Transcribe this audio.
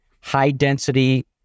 high-density